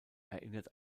erinnert